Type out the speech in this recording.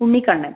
Unnikkannan